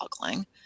boggling